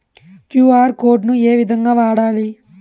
QR code ను ఏ విధంగా వాడాలి?